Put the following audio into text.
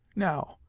now,